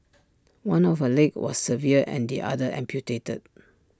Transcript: one of her legs was severed and the other amputated